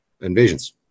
invasions